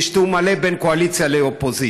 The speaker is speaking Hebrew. שיש תיאום מלא בין הקואליציה לאופוזיציה,